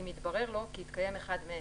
אם התברר לו כי התקיים אחד מאלה: